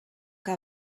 que